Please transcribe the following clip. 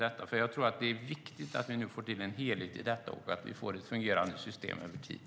Det är viktigt att vi nu får till en helhet och får ett fungerande system över tid.